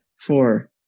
four